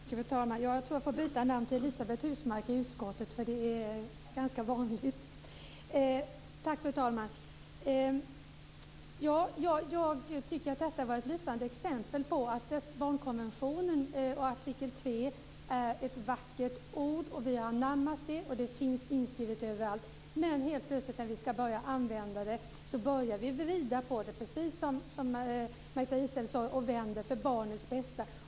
Fru talman! Jag tror att jag får byta namn till Elisabet Husmark i utskottet. Det är ganska vanligt att jag blir kallad för det. Jag tycker att detta var ett lysande exempel på att barnkonventionen och artikel 3 är vackra ord. Vi har anammat detta. Det finns inskrivet överallt. Men när vi ska börja använda det börjar vi vrida och vända på detta med barnet bästa, precis som Margareta Israelsson säger.